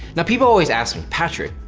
now people always ask me, patrick,